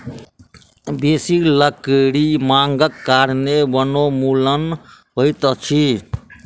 बेसी लकड़ी मांगक कारणें वनोन्मूलन होइत अछि